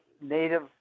native